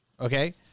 Okay